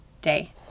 day